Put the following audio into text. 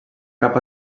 cap